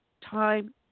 time